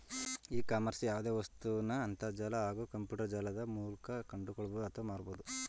E ಕಾಮರ್ಸ್ಲಿ ಯಾವ್ದೆ ವಸ್ತುನ ಅಂತರ್ಜಾಲ ಹಾಗೂ ಕಂಪ್ಯೂಟರ್ಜಾಲದ ಮೂಲ್ಕ ಕೊಂಡ್ಕೊಳ್ಬೋದು ಅತ್ವ ಮಾರ್ಬೋದು